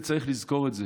וצריך לזכור את זה,